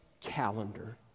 calendar